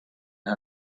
how